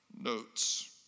notes